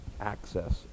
access